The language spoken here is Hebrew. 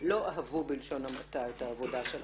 לא אהבו בלשון המעטה את העבודה שלכם.